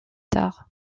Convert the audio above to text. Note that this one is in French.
tard